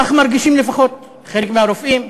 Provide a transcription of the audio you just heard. כך מרגישים לפחות חלק מהרופאים,